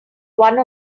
one